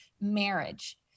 marriage